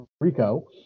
Rico